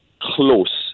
close